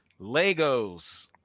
Legos